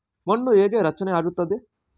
ಮಣ್ಣು ಹೇಗೆ ರಚನೆ ಆಗುತ್ತದೆ?